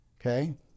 Okay